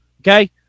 okay